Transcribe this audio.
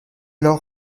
lors